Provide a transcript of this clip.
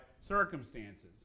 circumstances